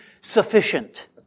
sufficient